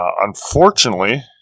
Unfortunately